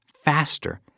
faster